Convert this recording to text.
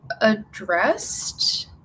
addressed